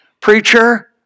Preacher